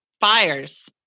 fires